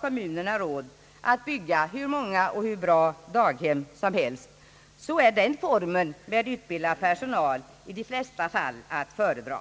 kommunerna kan och har råd att bygga hur många och hur bra daghem som helst så är den formen, med utbildad personal, i de flesta fall att föredra.